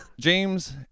James